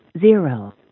zero